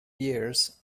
years